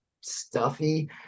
stuffy